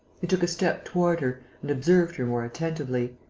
he took a step toward her and observed her more attentively.